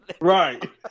right